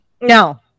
No